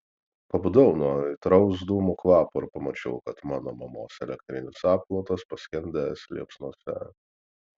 pabudau nuo aitraus dūmų kvapo ir pamačiau kad mano mamos elektrinis apklotas paskendęs liepsnose